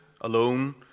alone